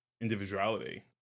individuality